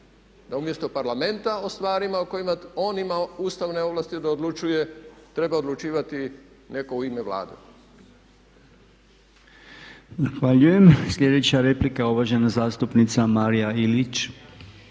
da umjesto Parlamenta o stvarima u kojima on ima ustavne ovlasti da odlučuje treba odlučivati netko u ime Vlade. **Podolnjak, Robert (MOST)** Zahvaljujem. Sljedeća replika uvažena zastupnica Marija Ilić.